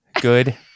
good